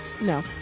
No